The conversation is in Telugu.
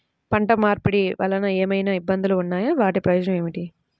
పంట మార్పిడి వలన ఏమయినా ఇబ్బందులు ఉన్నాయా వాటి ప్రయోజనం ఏంటి?